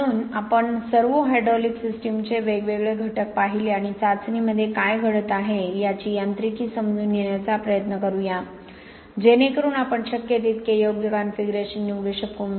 म्हणून आपण सर्वोहायड्रॉलिक सिस्टीमचे वेगवेगळे घटक पाहिले आणि चाचणीमध्ये काय घडत आहे याचे यांत्रिकी समजून घेण्याचा प्रयत्न करूया जेणेकरून आपण शक्य तितके योग्य कॉन्फिगरेशन निवडू शकू